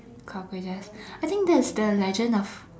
cockroaches I think that's the legend of